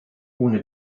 ohne